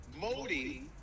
Modi